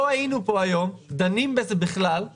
אנחנו שותפים או לא שותפים.